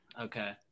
Okay